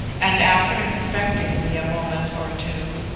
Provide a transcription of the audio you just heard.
and, after inspecting me a moment or two,